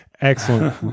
Excellent